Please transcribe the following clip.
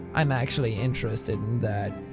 i'm actually interested in that.